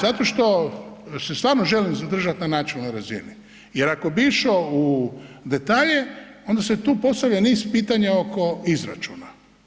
Zato što se stvarno želim zadržati na načelnoj razini jer ako bih išao u detalje, onda se tu postavlja niz pitanja oko izračuna.